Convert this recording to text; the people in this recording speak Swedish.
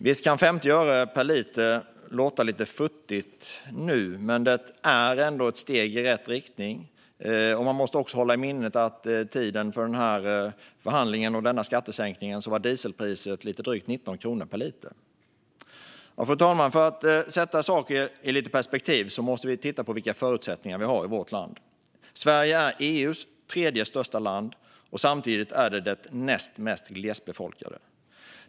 Visst kan 50 öre per liter låta lite futtigt nu, men det är ändå ett steg i rätt riktning. Man måste också hålla i minnet att vid tiden för förhandlingen om denna skattesänkning var dieselpriset lite drygt 19 kronor per liter. Fru talman! För att sätta saker i lite perspektiv måste vi titta på vilka förutsättningar vi har i vårt land. Sverige är EU:s tredje största land och samtidigt det näst mest glesbefolkade.